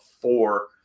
four